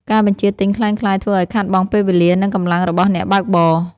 ការបញ្ជាទិញក្លែងក្លាយធ្វើឱ្យខាតបង់ពេលវេលា និងកម្លាំងរបស់អ្នកបើកបរ។